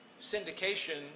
Syndication